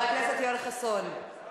חבר הכנסת יואל חסון,